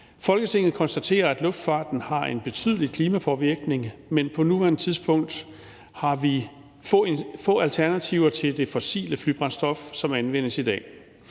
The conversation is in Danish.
»Folketinget konstaterer, at luftfarten har en betydelig klimapåvirkning, men på nuværende tidspunkt har få alternativer til det fossile flybrændstof, som anvendes i dag.